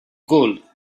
gold